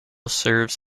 serves